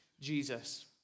Jesus